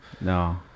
no